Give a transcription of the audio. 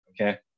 Okay